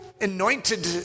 anointed